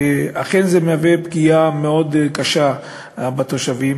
אכן זה מהווה פגיעה מאוד קשה בתושבים.